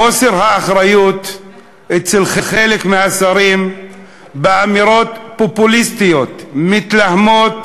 חוסר האחריות אצל חלק מהשרים באמירות פופוליסטיות מתלהמות